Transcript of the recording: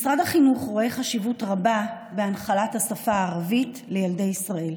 משרד החינוך רואה חשיבות רבה בהנחלת השפה הערבית לילדי ישראל.